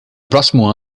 próximo